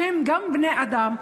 שהם גם בני אדם,